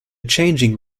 changing